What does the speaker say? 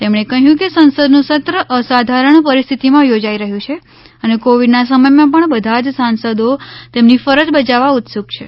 તેમણે કહ્યું કે સંસદનું સત્ર અસાધારણ પરિસ્થિતિમાં યોજાઈ રહ્યું છે અને કોવિડના સમયમાં પણ બધા જ સાંસદો તેમની ફરજ બજાવવા ઉત્સુક છે